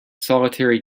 solitary